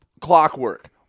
Clockwork